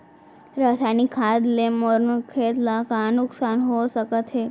रसायनिक खाद ले मोर खेत ला का नुकसान हो सकत हे?